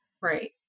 Right